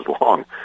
long